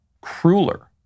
crueler